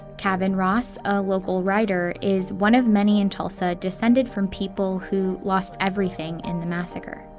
kavin ross, a local writer, is one of many in tulsa, descended from people who lost everything in the massacre.